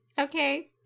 okay